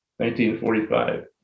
1945